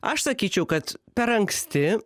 aš sakyčiau kad per anksti